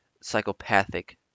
Psychopathic